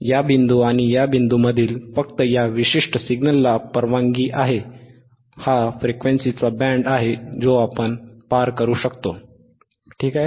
या बिंदू आणि या बिंदूंमधील फक्त या विशिष्ट सिग्नलला परवानगी आहे हा फ्रीक्वेंसीचा बँड आहे जो आपण पार करू शकतो ठीक आहे